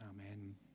Amen